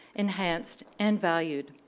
enhanced, and valued.